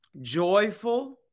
joyful